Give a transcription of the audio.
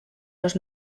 los